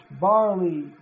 barley